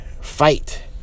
Fight